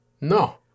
No